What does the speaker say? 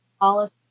policy